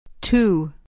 Two